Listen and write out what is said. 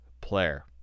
player